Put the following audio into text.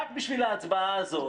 רק בשביל ההצבעה הזאת.